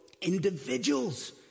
individuals